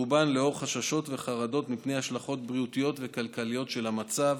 ברובן לאור חששות וחרדות מפני השלכות בריאותיות וכלכליות של המצב,